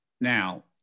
Now